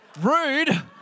rude